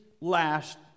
last